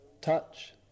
touch